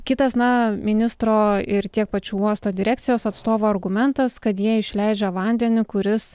kitas na ministro ir tiek pačių uosto direkcijos atstovų argumentas kad jie išleidžia vandenį kuris